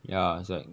ya is like